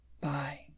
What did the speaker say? Bye